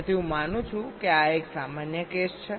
તેથી હું માનું છું કે આ એક સામાન્ય કેસ છે